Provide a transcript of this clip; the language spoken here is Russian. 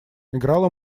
играла